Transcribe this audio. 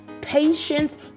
patience